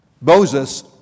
Moses